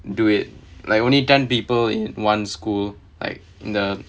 do it like only ten people in one school like the